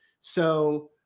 So-